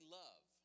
love